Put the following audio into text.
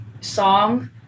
song